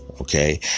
Okay